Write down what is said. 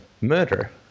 murder